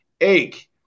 ache